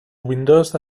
windows